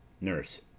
NURSE